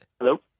Hello